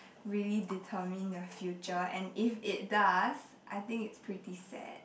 really determine the future and if it does I think it's pretty sad